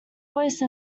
voice